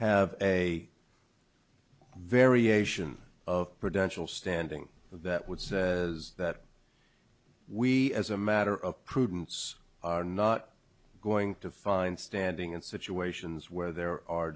have a variation of production standing that would say that we as a matter of prudence are not going to find standing in situations where there are